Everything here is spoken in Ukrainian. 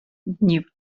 днів